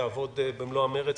תעבוד במלוא המרץ,